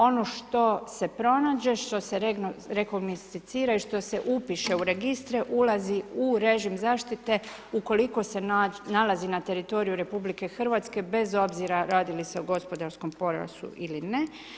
Ono što se pronađe, što se ... i što se upiše u registre ulazi u režim zaštite, ukoliko se nalazi na teritoriju RH, bez obzira radi li se o gospodarskom pojasu ili ne.